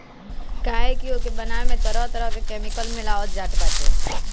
काहे की ओके बनावे में तरह तरह के केमिकल मिलावल जात बाटे